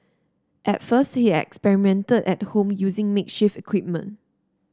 at first he experimented at home using makeshift equipment